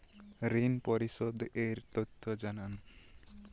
ঋন পরিশোধ এর তথ্য জানান